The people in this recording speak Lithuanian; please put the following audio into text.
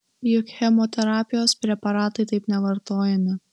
juk chemoterapijos preparatai taip nevartojami